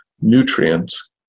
nutrients